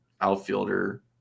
outfielder